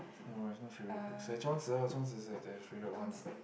no I have no favorite books like Zhuang-Zi ah Zhuang-Zi is like the favorite one ah